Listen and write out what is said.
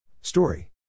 Story